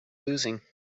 losing